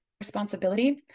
responsibility